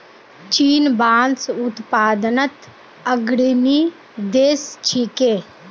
चीन बांस उत्पादनत अग्रणी देश छिके